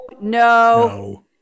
no